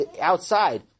outside